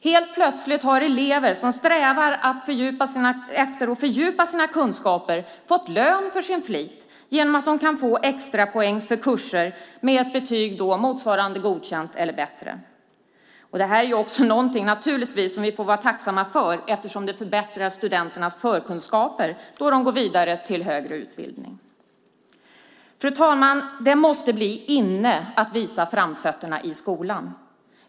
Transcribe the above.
Helt plötsligt har elever som strävar efter att fördjupa sina kunskaper fått lön för sin flit genom att de kan få extrapoäng för kurser med ett betyg motsvarande godkänt eller bättre. Det här naturligtvis också någonting som vi får vara tacksamma för eftersom det förbättrar studenternas förkunskaper då de går vidare till högre utbildning. Fru talman! Det måste bli inne att visa framfötterna i skolan.